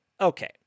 okay